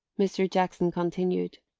mr. jackson continued,